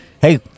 hey